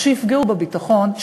שיפגעו בביטחון,